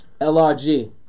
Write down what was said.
LRG